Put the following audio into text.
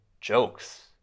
jokes